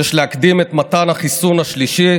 "שיש להקדים את מתן החיסון השלישי